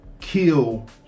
kill